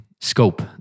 scope